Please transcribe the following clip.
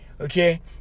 okay